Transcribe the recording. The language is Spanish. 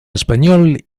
español